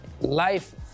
life